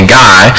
guy